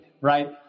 right